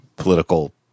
political